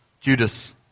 Judas